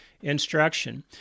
instruction